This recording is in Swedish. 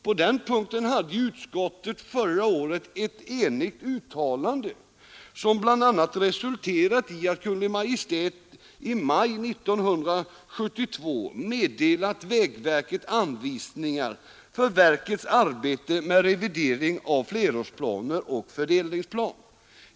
På den punkten gjorde ju utskottet förra året ett enigt uttalande, som bl.a. resulterat i att Kungl. Maj:t i maj 1972 meddelat vägverket anvisningar för verkets arbete med revidering av flerårsplaner och fördelningsplan.